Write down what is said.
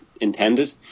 intended